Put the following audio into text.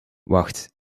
wacht